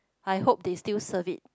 I hope they still serve it